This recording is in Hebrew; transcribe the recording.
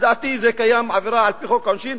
לדעתי זה קיים, עבירה על-פי חוק העונשין.